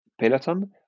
peloton